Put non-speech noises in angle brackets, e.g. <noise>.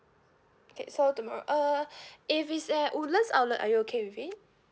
okay so tomorro~ uh <breath> if it's at woodlands outlet are you okay with it